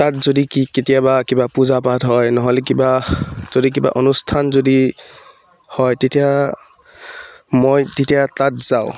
তাত যদি কি কেতিয়াবা কিবা পূজা পাঠ হয় নহ'লে কিবা যদি কিবা অনুষ্ঠান যদি হয় তেতিয়া মই তেতিয়া তাত যাওঁ